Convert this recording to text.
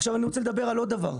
עכשיו אני רוצה לדבר על עוד דבר.